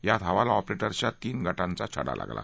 यात हवाला ऑपरेटर्सच्या तीन गटांचा छ ा लागला